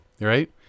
Right